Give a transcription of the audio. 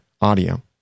audio